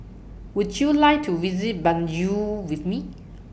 Would YOU like to visit Banjul with Me